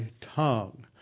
tongue